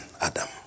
Adam